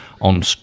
on